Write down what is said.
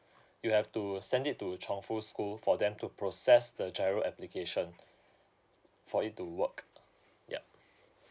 you have to send it to chongfu school for them to process the giro application for it to work yup